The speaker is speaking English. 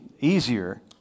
easier